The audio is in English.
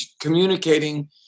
communicating